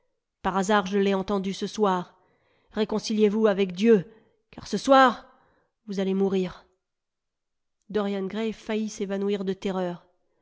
par hasard je l'ai entendu ce soir réconciliez vous avec dieu car ce soir vous allez mourir dorian gray faillit s'évanouir de terreur